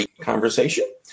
conversation